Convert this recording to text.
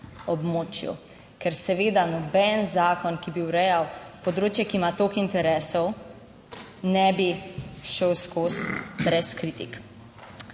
območju. Ker seveda noben zakon, ki bi urejal področje, ki ima toliko interesov, ne bi šel skozi brez kritik.